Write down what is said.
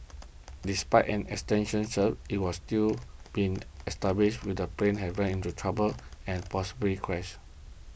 despite an extension search it was still been established with the plane have ran into trouble and possibly crashed